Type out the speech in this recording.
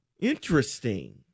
Interesting